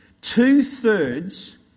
Two-thirds